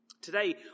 Today